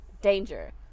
danger